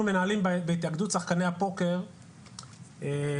אנחנו מנהלים בהתאגדות שחקני הפוקר טורנירים